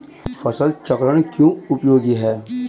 फसल चक्रण क्यों उपयोगी है?